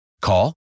Call